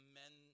men